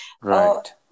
Right